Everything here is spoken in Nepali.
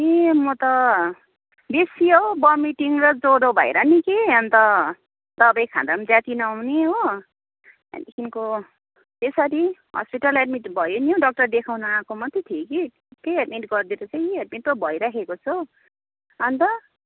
ए म त बेसी हौ भमिटिङ र जरो भएर नि कि अन्त दबाई खाँदा नि जाती नहुने हो त्यहाँदेखिको यसरी हस्पिटल एडमिट भए नि डाक्टर देखाउनु आएको मात्रै थिएँ कि त्यहीँ एडमिट गरिदियो कि त्यहीँ एडमिट पो भइराखेको छु अन्त